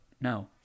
No